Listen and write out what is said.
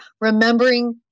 remembering